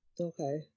okay